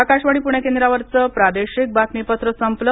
आकाशवाणी पूणे केंद्रावरचं प्रादेशिक बातमीपत्र संपलं